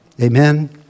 Amen